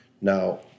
Now